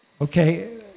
Okay